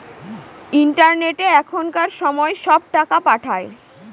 ইন্টারনেটে এখনকার সময় সব টাকা পাঠায়